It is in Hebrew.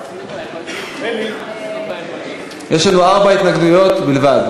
יש לנו ארבע התנגדויות בלבד,